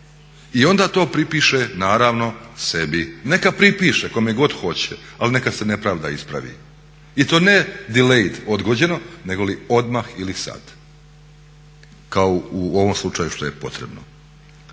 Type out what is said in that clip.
i onda to pripiše naravno sebi. Neka pripiše kome god hoće, ali neka se nepravda ispravi i to ne dileid odgođeno, negoli odmah ili sad kao u ovom slučaju što je potrebno.